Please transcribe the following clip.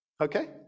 okay